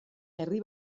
herri